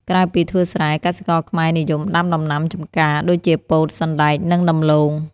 ក្រៅពីធ្វើស្រែ កសិករខ្មែរនិយមដាំដំណាំចម្ការដូចជា ពោត សណ្តែក និងដំឡូង។